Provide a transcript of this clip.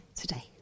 today